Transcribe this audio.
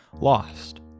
lost